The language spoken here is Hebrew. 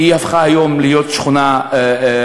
היא הפכה היום להיות שכונה ענייה,